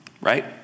Right